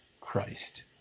Christ